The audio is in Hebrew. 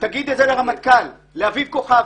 תגיד את זה לרמטכ"ל לאביב כוכבי.